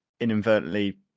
inadvertently